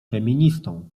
feministą